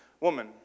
woman